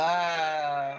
Wow